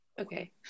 Okay